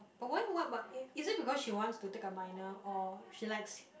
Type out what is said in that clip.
but why if what about it is it because she wants to take a minor or she likes